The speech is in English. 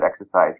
exercise